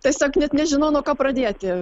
tiesiog net nežinau nuo ko pradėti